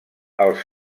els